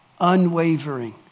unwavering